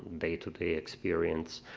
day-to-day experience